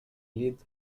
lead